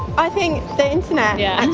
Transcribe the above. i think, the internet yeah and